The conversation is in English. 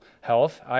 health